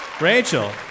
Rachel